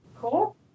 Cool